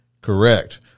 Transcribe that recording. Correct